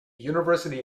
university